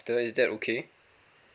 is that okay